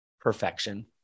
Perfection